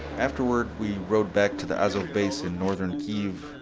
afterward we rode back to the azov base in northern kiev,